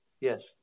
Yes